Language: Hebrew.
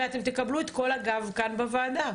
ואתם תקבלו את כל הגב כאן בוועדה,